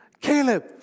Caleb